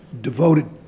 devoted